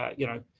yeah you know,